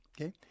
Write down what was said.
okay